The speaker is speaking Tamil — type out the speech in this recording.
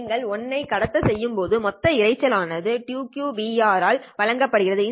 நீங்கள் 1 ஐ கடத்த செய்யும் போது மொத்த இரைச்சல் ஆனது 2qRP1rBe ஆல் வழங்கப்படுகிறது